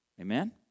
Amen